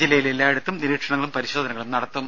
ജില്ലയിൽ എല്ലായിടത്തും നിരീക്ഷണങ്ങളും പരിശോധനകളും നടത്തും